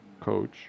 coach